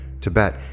Tibet